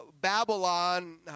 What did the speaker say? Babylon